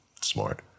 smart